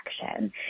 action